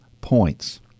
points